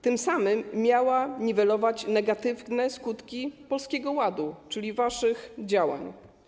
Tym samym miała niwelować negatywne skutki Polskiego Ładu, czyli waszych działań.